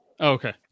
Okay